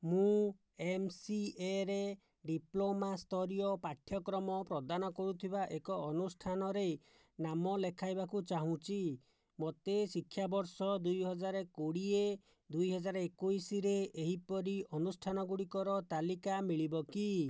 ମୁଁ M C A ରେ diploma ସ୍ତରୀୟ ପାଠ୍ୟକ୍ରମ ପ୍ରଦାନ କରୁଥିବା ଏକ ଅନୁଷ୍ଠାନରେ ନାମ ଲେଖାଇବାକୁ ଚାହୁଁଛି ମୋତେ ଶିକ୍ଷାବର୍ଷ ଦୁଇହଜାର କୋଡ଼ିଏ ଦୁଇହଜାର ଏକୋଇଶରେ ଏହିପରି ଅନୁଷ୍ଠାନଗୁଡ଼ିକର ତାଲିକା ମିଳିବ କି